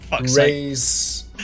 raise